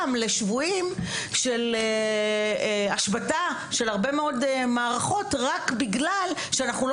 לשבויים של השבתה של הרבה מאוד מערכות רק כי אנחנו לא